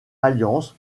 alliance